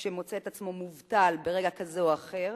ומוצא את עצמו מובטל ברגע כזה או אחר,